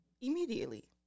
immediately